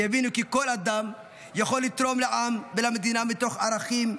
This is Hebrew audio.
שיבינו כי כל אדם יכול לתרום לעם ולמדינה מתוך ערכים,